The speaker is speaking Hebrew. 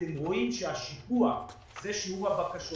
אתם רואים שהשיפוע, זה שיעור הבקשות.